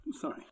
sorry